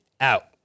out